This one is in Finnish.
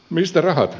mistä rahat